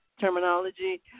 terminology